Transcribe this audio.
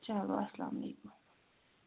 چلو اَسلام علیکُم